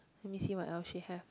let me see what else she have